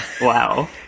wow